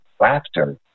laughter